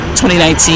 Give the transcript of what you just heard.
2019